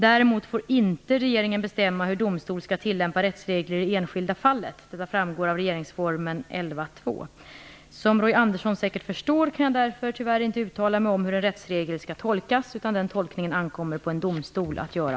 Däremot får inte regeringen bestämma hur domstol skall tillämpa rättsregler i det enskilda fallet. Detta framgår av regeringsformen 11 kap. 2 §. Som Roy Ottosson säkert förstår kan jag därför tyvärr inte uttala mig om hur en rättsregel skall tolkas, utan den tolkningen ankommer på en domstol att göra.